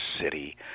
city